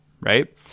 right